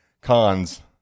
cons